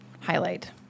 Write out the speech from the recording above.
highlight